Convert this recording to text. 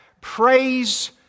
praise